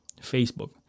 Facebook